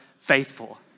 faithful